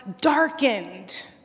darkened